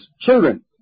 children